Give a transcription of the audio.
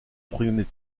premier